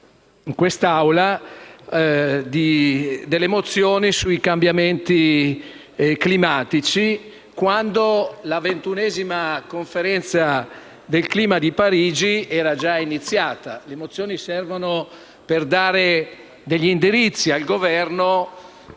in questa sede mozioni sui cambiamenti climatici, quando la ventunesima Conferenza del clima di Parigi era già iniziata. Le mozioni erano volte a dare indirizzi al Governo